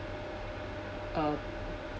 uh